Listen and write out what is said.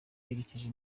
yerekeje